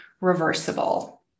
reversible